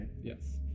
Yes